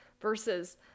Versus